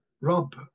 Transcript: Rob